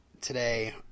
today